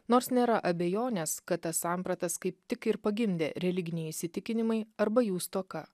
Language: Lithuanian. nors nėra abejonės kad tas sampratas kaip tik ir pagimdė religiniai įsitikinimai arba jų stoka